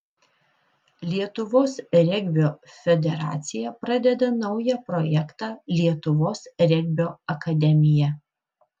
lietuvos regbio federacija pradeda naują projektą lietuvos regbio akademija